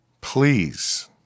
Please